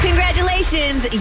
Congratulations